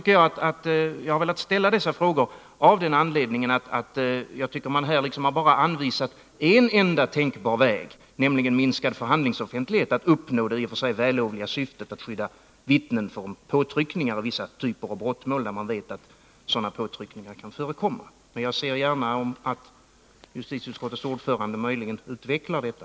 Jag har velat ställa dessa frågor därför att man här har anvisat bara en tänkbar väg, nämligen minskad förhandlingsoffentlighet, för att uppnå det i och för sig vällovliga syftet att skydda vittnen mot påtryckningar vid vissa typer av brottmål, där man vet att sådana påtryckningar kan förekomma. Jag ser gärna att justitieutskottets ordförande närmare utvecklar detta.